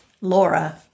Laura